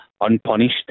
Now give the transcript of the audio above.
unpunished